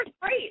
great